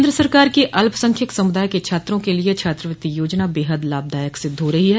केन्द्र सरकार की अल्पसंख्यक समुदाय के छात्रों के लिए छात्रवृति योजना बेहद लाभदायक सिद्ध हो रही है